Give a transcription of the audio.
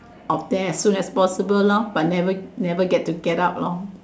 of there as soon as possible lor but never never get to get up lor